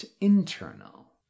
internal